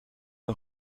een